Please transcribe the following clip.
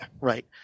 right